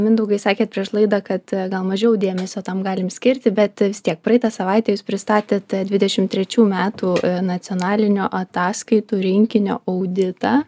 mindaugai sakėt prieš laidą kad gal mažiau dėmesio tam galim skirti bet vis tiek praeitą savaitę jūs pristatėte dvidešim trečių metų nacionalinio ataskaitų rinkinio auditą